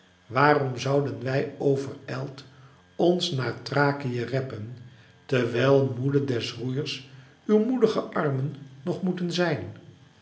waarom zouden wij overijld ons naar thrakië reppen terwijl moede des roeiens uw moedige armen nog moeten zijn